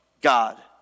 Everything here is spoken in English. God